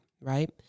right